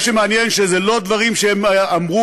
מה שמעניין הוא שזה לא דברים שהם אמרו